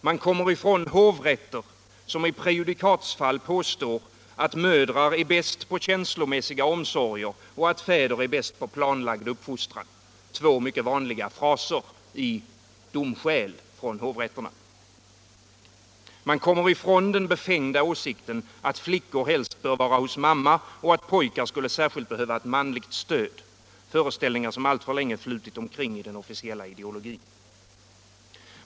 Man kommer ifrån hovrätter, som i prejudikatsfall påstår att mödrar är bäst på känslomässiga omsorger och att fäder är bäst på planlagd uppfostran — två mycket vanliga fraser i domskäl från hovrätterna. Man kommer ifrån den befängda åsikten att flickor helst bör vara hos sin mamma och att pojkar skulle särskilt behöva ett manligt stöd — föreställningar som alltför länge flutit omkring i den officiella ideologin.